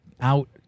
out